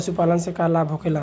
पशुपालन से का लाभ होखेला?